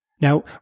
Now